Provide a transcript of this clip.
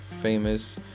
famous